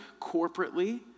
corporately